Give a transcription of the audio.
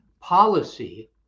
policy